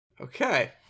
okay